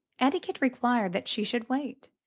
etiquette required that she should wait,